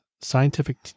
scientific